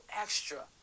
extra